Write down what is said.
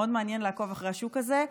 מעניין מאוד לעקוב אחרי השוק הזה,